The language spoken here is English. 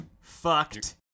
fucked